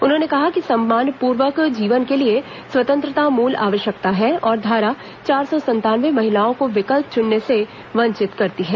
उन्होंने कहा कि सम्मानपूर्वक जीवन के लिए स्वतंत्रता मूल आवश्यकता है और धारा चार सौ संतानवे महिलाओं को विकल्प चुनने से वंचित करती है